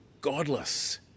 godless